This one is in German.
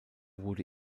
wurde